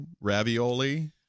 ravioli